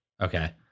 okay